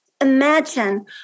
imagine